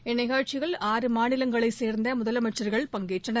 இந்நிகழ்ச்சியில் ஆறு மாநிலங்களை சேர்ந்த முதலமைச்சர்கள் பங்கேற்றனர்